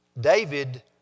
David